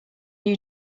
new